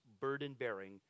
burden-bearing